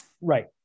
right